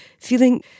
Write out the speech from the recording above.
feeling